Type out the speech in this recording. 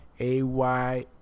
A-Y